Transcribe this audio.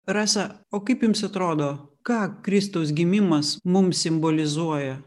rasa o kaip jums atrodo ką kristaus gimimas mums simbolizuoja